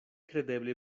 kredeble